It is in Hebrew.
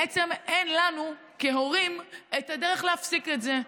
בעצם אין לנו כהורים את הדרך להפסיק את זה.